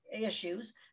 issues